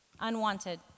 unwanted